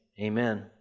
amen